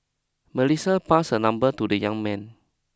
Melissa passed her number to the young man